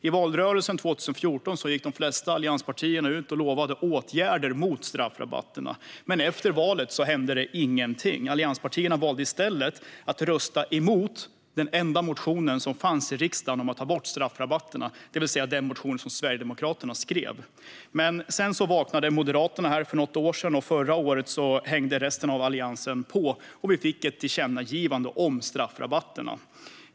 I valrörelsen 2014 lovade de flesta av allianspartierna åtgärder mot straffrabatterna. Men efter valet hände ingenting. Allianspartierna valde i stället att rösta emot den enda motionen i riksdagen om att ta bort straffrabatterna, det vill säga den motion som Sverigedemokraterna hade skrivit. Men för något år sedan vaknade Moderaterna. Och förra året hängde resten av Alliansen på. Vi fick ett tillkännagivande om straffrabatterna.